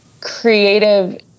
creative